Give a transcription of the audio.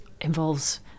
involves